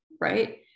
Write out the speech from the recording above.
right